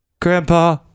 Grandpa